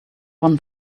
one